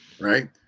Right